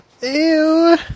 Ew